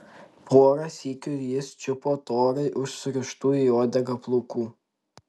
porą sykių jis čiupo torai už surištų į uodegą plaukų